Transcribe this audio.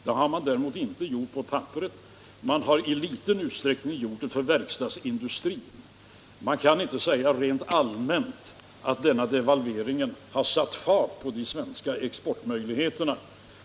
Det har man däremot inte gjort i fråga om papper, och man har i liten utsträckning gjort det för verkstadsindustrin. Man kan inte rent allmänt säga att devalveringen satt fart på de svenska exportmöjligheterna.